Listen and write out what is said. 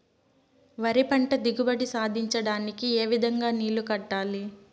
వరి పంట దిగుబడి సాధించడానికి, ఏ విధంగా నీళ్లు కట్టాలి?